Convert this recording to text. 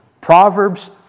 Proverbs